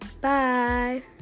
Bye